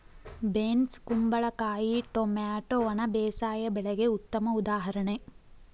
beans ಕುಂಬಳಕಾಯಿ tomato ಒಣ ಬೇಸಾಯ ಬೆಳೆಗೆ ಉತ್ತಮ ಉದಾಹರಣೆ